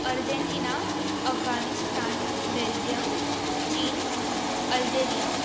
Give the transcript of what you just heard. Argentina Afghanistan Belgium China Algeria